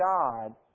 God